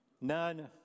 none